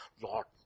lord